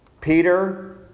Peter